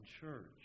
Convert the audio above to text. church